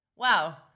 Wow